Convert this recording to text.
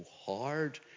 hard